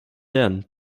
lernen